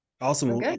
Awesome